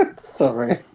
sorry